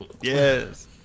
Yes